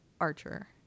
Archer